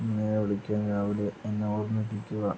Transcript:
അമ്മയെ വിളിക്കാൻ രാവിലെ എന്നെ ഓർമ്മിപ്പിക്കുക